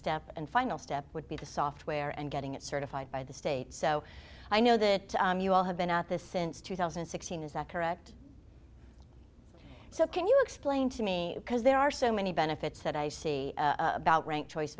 step and final step would be the software and getting it certified by the state so i know that you all have been at this since two thousand and sixteen is that correct so can you explain to me because there are so many benefits that i see about rank choice